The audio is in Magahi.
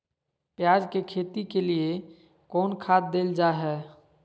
प्याज के खेती के लिए कौन खाद देल जा हाय?